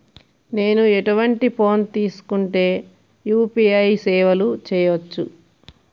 నేను ఎటువంటి ఫోన్ తీసుకుంటే యూ.పీ.ఐ సేవలు చేయవచ్చు?